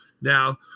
Now